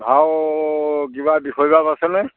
ভাও কিবা বিষয়বাব আছেনে